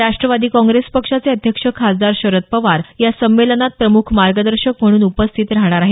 Rashtrawadi Congress पक्षाचे अध्यक्ष खासदार शरद पवार या संमेलनात प्रमुख मार्गदर्शक म्हणून उपस्थित राहणार आहेत